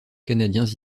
canadiens